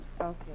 Okay